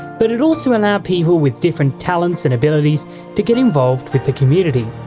but it also allowed people with different talents and abilities to get involved with the community.